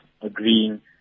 agreeing